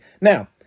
Now